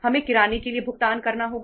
हमें किराने के लिए भुगतान करना होगा